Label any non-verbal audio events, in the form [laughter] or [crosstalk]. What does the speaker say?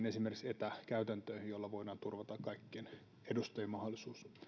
[unintelligible] esimerkiksi tämäntyyppisiin etäkäytäntöihin joilla voidaan turvata kaikkien edustajien mahdollisuus